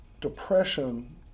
depression